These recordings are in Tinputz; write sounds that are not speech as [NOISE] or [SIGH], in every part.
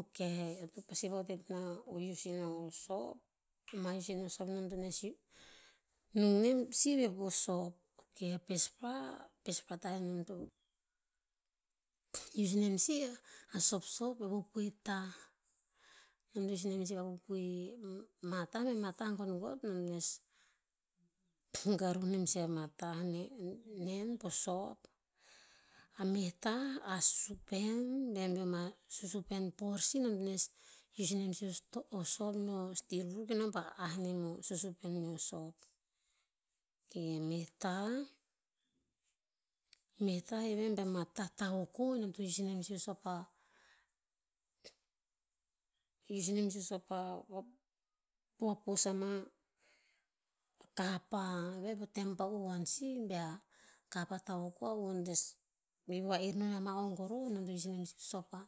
Ok, eo to pasi vahutet ina o ius ino sop. Ma ius ino sop e nom to hes iu, nung nem sih ve po sop. Ok pespra, pespra tah enom to ius inem sih, a sopsop a pupui tah. Nom to ius inem sih pa pupui ma ta bea ma tah gotgot nom to nes garuh nem sih ama tah nen po sop. A meh tah, ah susupen. Ve be ama susupen por sih nom to nes ius inem sih o sto- sop meo stirvur kenom pa ah nem o susapen meo sop. Ok meh tah, meh tah iven ba ina tah tahoko nom to ius inem sih o sop pah, ius inem sih o sop pa va- vapos ama, a kapa veh po tan pa uhuon sih bea kapa ta hook a huon to nes, bi va'ir non ama o goroh, nom to ius inem sih o sop pa,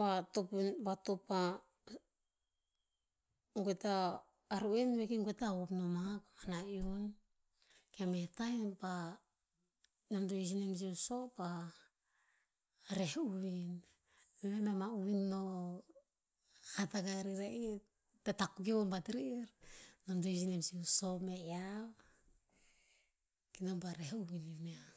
vatop- vatop pa, goe ta, a ru'en ve ki goe ta hop noma. Koman na iun. Ok a meh tah [UNINTELLIGIBLE] nom to ius mem sih o sop pa, reh uvin. Ive ba ma uvin no hat akah rer ra'ih. Tatakeo bat rer, nom to ius inem sih o sop mea iav, kenom pa reh uvin iniah.